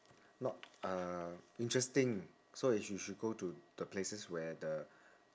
not uh interesting so you should should go the places where the